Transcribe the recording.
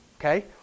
okay